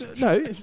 No